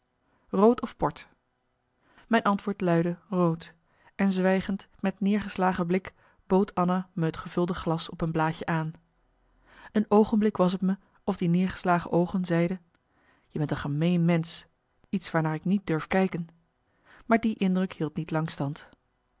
rood of port mijn antwoord luidde rood en zwijgend met neergeslagen blik bood anna me het gevulde glas op een blaadje aan een oogenblik was t me of die neergeslagen oogen zeiden je bent een gemeen mensch iets waarnaar ik niet durf kijken maar die indruk hield niet lang stand